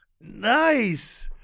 nice